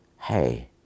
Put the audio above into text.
hey